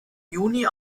juni